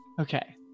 Okay